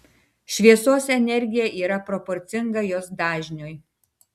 šviesos energija yra proporcinga jos dažniui